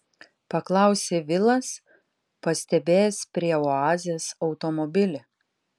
paklausė vilas pastebėjęs prie oazės automobilį